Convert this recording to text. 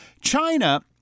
China